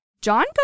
John